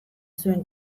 zuen